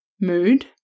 mood